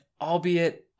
albeit